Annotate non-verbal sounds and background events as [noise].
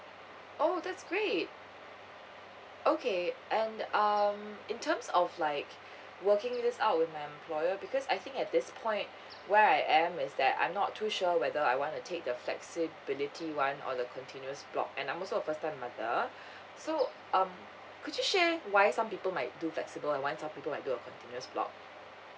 oh that's great okay and um in terms of like working this out with my employer because I think at this point where I am is that I'm not too sure whether I wanna take the flexibility one or the continuous block and I'm also a first time mother [breath] so um could you share why some people might do flexible and why some people might do a continuous block